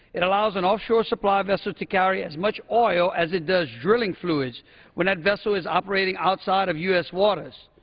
it allows an offshore supply vessel to carry as much oil as it does drilling fluids when that vessel is operating outside of u s. waters.